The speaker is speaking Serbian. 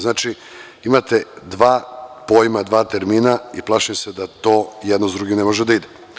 Znači, imate dva pojma, dva termina i plašim se da to jedno s drugim ne može da ide.